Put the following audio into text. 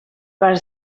per